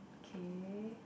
okay